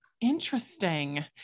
Interesting